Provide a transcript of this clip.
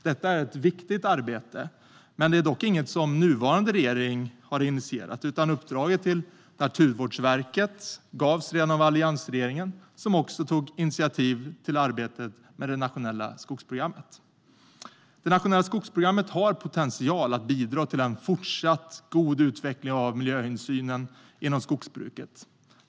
Detta är ett viktigt arbete, men det är inget som nuvarande regering har initierat, utan uppdraget till Naturvårdsverket gavs redan av alliansregeringen, som också tog initiativ till arbetet med det nationella skogsprogrammet. Det nationella skogsprogrammet har potential att bidra till en fortsatt god utveckling av miljöhänsynen inom skogsbruket.